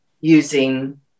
using